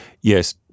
yes